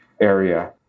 area